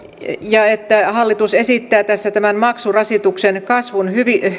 että hallitus esittää tämän maksurasituksen kasvun